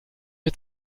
mir